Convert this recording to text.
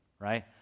Right